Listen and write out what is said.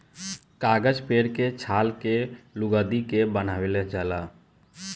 कागज पेड़ के छाल के लुगदी के बनावल जाला